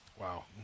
Wow